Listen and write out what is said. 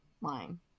line